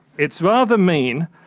it's rather mean,